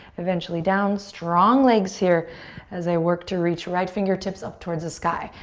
eventually down. strong legs here as they work to reach. right fingertips up towards the sky.